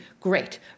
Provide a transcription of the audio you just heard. Great